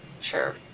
sure